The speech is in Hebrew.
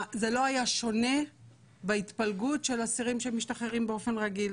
זה לא היה שונה בהתפלגות של אסירים שמשתחררים באופן רגיל,